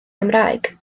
gymraeg